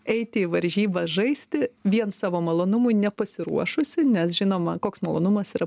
eiti į varžybas žaisti vien savo malonumui nepasiruošusi nes žinoma koks malonumas yra